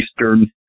Eastern